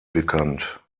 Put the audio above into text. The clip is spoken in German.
bekannt